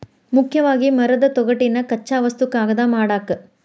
ಮುಖ್ಯವಾಗಿ ಮರದ ತೊಗಟಿನ ಕಚ್ಚಾ ವಸ್ತು ಕಾಗದಾ ಮಾಡಾಕ